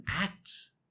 acts